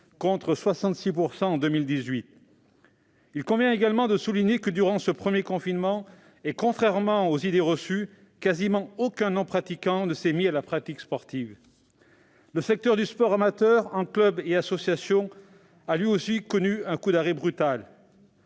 contre 66 % en 2018. Il convient également de souligner que, durant ce premier confinement, contrairement aux idées reçues, quasiment aucun non-pratiquant ne s'est mis à la pratique sportive. Le secteur du sport amateur en club et association a lui aussi connu un coup d'arrêt brutal.